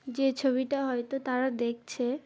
যে ছবিটা হয়তো তারা দেখছে